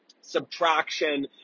subtraction